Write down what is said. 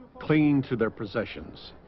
clinging to their possessions